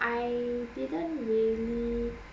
I didn't really